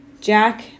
Jack